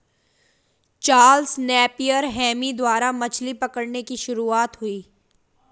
Charles Napier Hemi द्वारा मछली पकड़ने की शुरुआत हुई